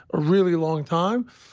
a really long time.